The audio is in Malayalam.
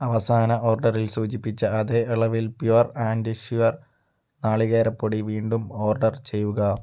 അവസാന ഓർഡറിൽ സൂചിപ്പിച്ച അതേ അളവിൽ പ്യുർ ആൻഡ് ഷ്യൂർ നാളികേരപ്പൊടി വീണ്ടും ഓർഡർ ചെയ്യുക